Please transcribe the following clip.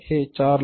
हे रु